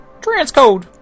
Transcode